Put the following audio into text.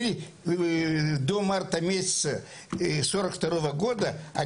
ויתנו סטטוס על התרגום של כל הדפים לרוסית במנוע הזכויות.